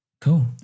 Cool